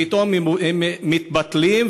פתאום הן מתבטלות,